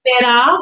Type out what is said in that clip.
better